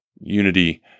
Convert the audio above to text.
unity